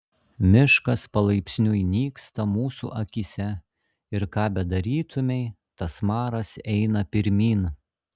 miškas palaipsniui nyksta mūsų akyse ir ką bedarytumei tas maras eina pirmyn